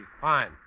fine